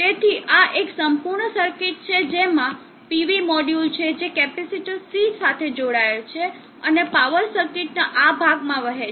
તેથી આ એક સંપૂર્ણ સર્કિટ છે જેમાં PV મોડ્યુલ છે જે કેપેસિટર C સાથે જોડાયેલ છે અને પાવર સર્કિટના આ ભાગમાં વહે છે